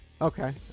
Okay